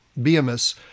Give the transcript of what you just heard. BMs